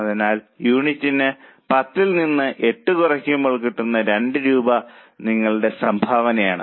അതിനാൽ യൂണിറ്റിന് 10ൽ നിന്ന് 8 കുറയ്ക്കുമ്പോൾ കിട്ടുന്ന 2 രൂപ നിങ്ങളുടെ സംഭാവനയാണ്